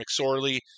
McSorley